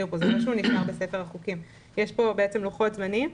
יש כאן בעצם לוחות זמנים.